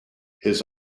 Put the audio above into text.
his